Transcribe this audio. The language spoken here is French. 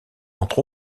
entre